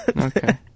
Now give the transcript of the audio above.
Okay